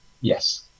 Yes